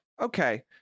Okay